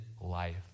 life